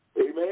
Amen